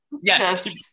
yes